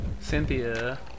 Cynthia